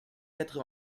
quatre